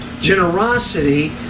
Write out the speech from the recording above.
Generosity